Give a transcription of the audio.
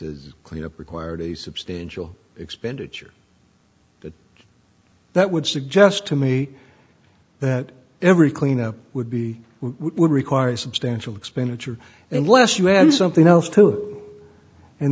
is clear required a substantial expenditure but that would suggest to me that every clean up would be would require substantial expenditure unless you had something else too